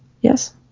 Yes